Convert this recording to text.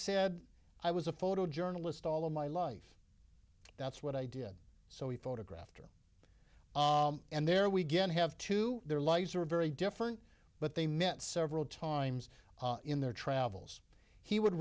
said i was a photojournalist all of my life that's what i did so he photographed her and there we get have to their lives are very different but they met several times in their travels he would